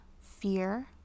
fear